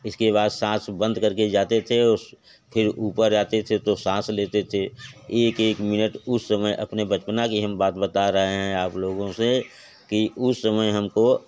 इसके बाद साँस बंद कर के जाते थे और उस फिर ऊपर आते थे तो साँस लेते थे एक एक मिनट उस समय अपने बचपन की हम बात बता रहे हैं आप लोगों से कि उस समय हम को